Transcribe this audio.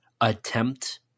attempt